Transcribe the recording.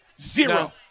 Zero